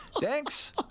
Thanks